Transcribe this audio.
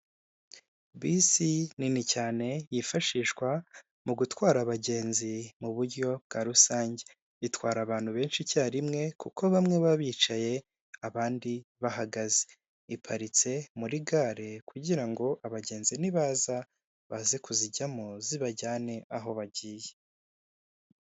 Bisi nini cyane yifashishwa mu gutwara abagenzi mu buryo bwa rusange, itwara abantu benshi icya rimwe kuko bamwe baba bicaye abandi bahagaze. Iparitse muri gare kugira ngo abagenzi nibaza baze kuzijyamo zibajyane aho bagiye.